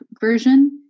version